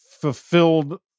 fulfilled